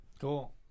Cool